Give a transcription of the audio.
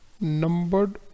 numbered